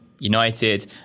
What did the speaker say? United